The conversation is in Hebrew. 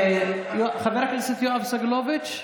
חבר הכנסת יואב סגלוביץ'